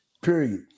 period